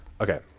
Okay